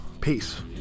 Peace